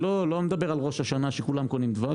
אני לא מדבר על ראש השנה שכולם קונים דבש,